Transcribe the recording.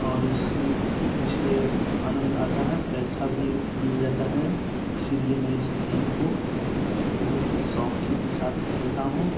और इसमें मुझे आनंद आता है पैसा भी मिल जाता है इसी लिए मैं इस गेम को बहुत ही शौक़ीन के साथ खेलता हूँ